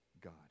god